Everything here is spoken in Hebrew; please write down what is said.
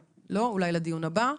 לא, אולי בדיון הבא.